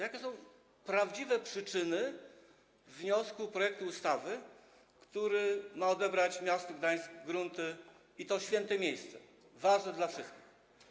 Jakie są prawdziwe przyczyny wniesienia projektu ustawy, który ma odebrać miastu Gdańsk grunty i to święte miejsce, ważne dla wszystkich?